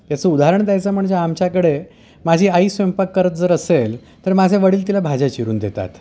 याचं उदाहरण द्यायचं म्हणजे आमच्याकडे माझी आई स्वयंपाक करत जर असेल तर माझे वडील तिला भाज्या चिरून देतात